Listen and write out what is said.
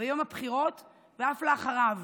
ביום הבחירות ואף אחריו,